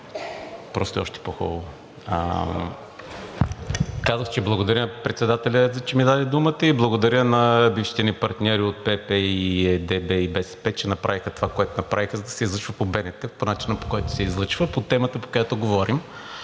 „Не се чува.“) Казах, че благодаря на председателя, че ми даде думата и благодаря на бившите ни партньори от ПП, ДБ и БСП, че направиха това, което направиха, за да се излъчва по БНТ по начина, по който се излъчва, по темата, по която говорим.